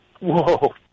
Whoa